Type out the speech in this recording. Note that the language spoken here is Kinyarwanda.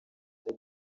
icyo